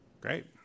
great